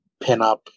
pinup